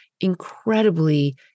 incredibly